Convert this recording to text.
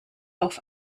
auf